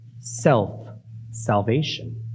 self-salvation